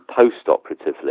post-operatively